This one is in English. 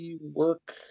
work